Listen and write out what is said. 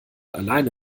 alleine